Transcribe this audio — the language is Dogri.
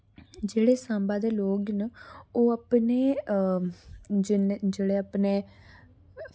जेह्ड़े साम्बा दे लोग न ओह् अपनी जेल्लै अपने